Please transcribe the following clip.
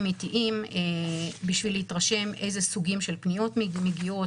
עתיים בשביל להתרשם איזה סוגים של פניות מגיעות,